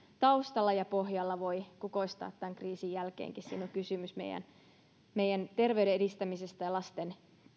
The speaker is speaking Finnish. taustalla ja pohjalla voi kukoistaa tämän kriisin jälkeenkin siinä on kysymys meidän terveyden edistämisestä ja lasten